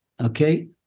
Okay